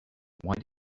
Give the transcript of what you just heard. why